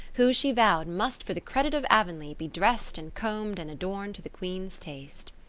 who, she vowed, must, for the credit of avonlea, be dressed and combed and adorned to the queen's taste.